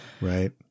right